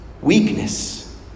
Weakness